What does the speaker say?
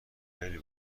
خیلی